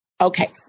okay